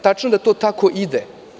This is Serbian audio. Tačno je da to tako ide.